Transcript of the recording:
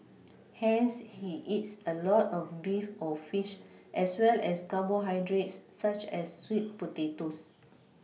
hence he eats a lot of beef or fish as well as carbohydrates such as sweet potatoes